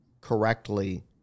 correctly